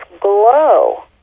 glow